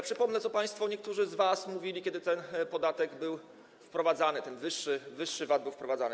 Przypomnę, co państwo, niektórzy z was, mówili, kiedy ten podatek był wprowadzany, ten wyższy VAT był wprowadzany.